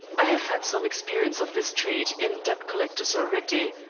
i have had some experience of this trait in debt-collectors already.